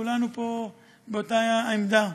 כולנו פה באותה עמדה.